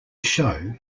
show